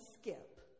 skip